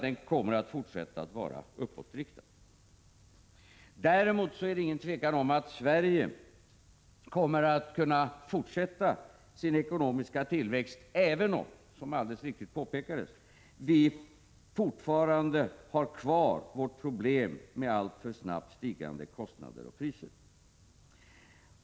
Den kommer att fortsätta att vara uppåtriktad. Däremot råder det inget tvivel om att Sverige kommer att kunna fortsätta sin ekonomiska tillväxt, även om — som alldeles riktigt påpekades — vi fortfarande har kvar vårt problem med alltför snabbt stigande kostnader och priser.